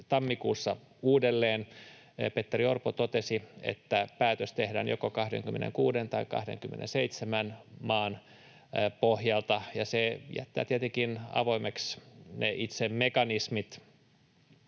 tammikuussa uudelleen. Petteri Orpo totesi, että päätös tehdään joko 26 tai 27 maan pohjalta, ja se jättää tietenkin avoimeksi ne itse mekanismit,